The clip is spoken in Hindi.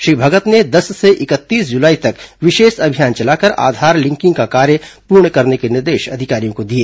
श्री भगत ने दस से इकतीस जुलाई तक विशेष अभियान चलाकर आधार लिंकिंग का कार्य पूर्ण करने के निर्देश अधिकारियों को दिए